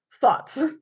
thoughts